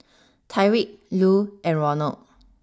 Tyriq Lu and Ronald